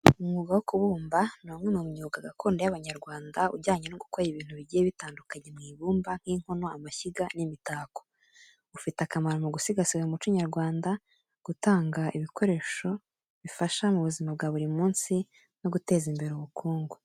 Umwuga wo kubumba ni umwe mu myuga gakondo y’Abanyarwanda ujyanye no gukora ibintu bigiye bitandukanye mu ibumba, nk’inkono, amashyiga, n’imitako. Ufite akamaro mu gusigasira umuco nyarwanda, gutanga ibikoresho bifasha mu buzima bwa buri munsi, no guteza imbere ubukungu.